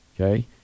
Okay